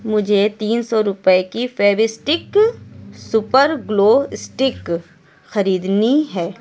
مجھے تین سو روپئے کی فیوسٹک سوپر گلو اسٹک خریدنی ہے